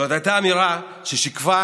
זו הייתה האמירה ששיקפה